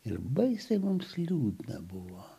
ir baisiai mums liūdna buvo